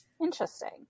Interesting